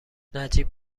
نجیب